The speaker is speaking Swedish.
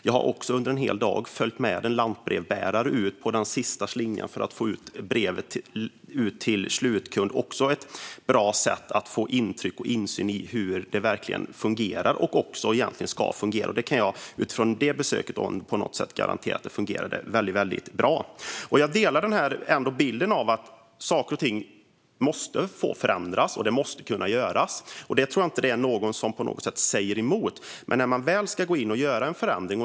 Jag har också under en hel dag följt med en lantbrevbärare ut på den sista slingan för att få ut brevet till slutkund. Det är ett bra sätt att få intryck och insyn i hur det verkligen fungerar och ska fungera. Utifrån det besöket kan jag garantera att det fungerade väldigt bra. Jag delar bilden av att saker och ting måste få förändras - jag tror inte att någon säger emot det. Men man behöver ha en konstruktiv dialog när man väl ska gå in och göra en förändring.